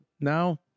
now